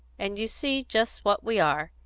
and you see just what we are.